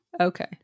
Okay